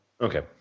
Okay